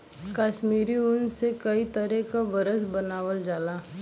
कसमीरी ऊन से कई तरे क बरस बनावल जाला